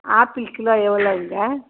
apple kilo எவ்வளோங்க